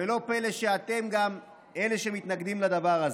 ולא פלא שאתם גם מאלה שמתנגדים לדבר הזה.